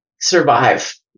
survive